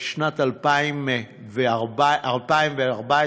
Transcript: בשנת 2014,